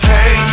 Hey